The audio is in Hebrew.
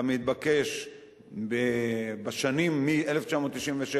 כמתבקש בשנים מ-1997,